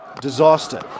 Disaster